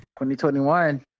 2021